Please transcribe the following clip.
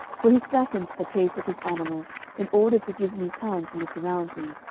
for he slackened the pace of his animal in order to give me time to look around me.